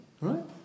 Right